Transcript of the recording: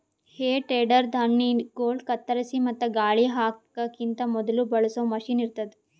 ಹೇ tedder ಧಾಣ್ಣಿಗೊಳ್ ಕತ್ತರಿಸಿ ಮತ್ತ ಗಾಳಿ ಹಾಕಕಿಂತ ಮೊದುಲ ಬಳಸೋ ಮಷೀನ್ ಇರ್ತದ್